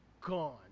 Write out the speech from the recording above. gone